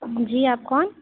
جی آپ کون